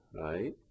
right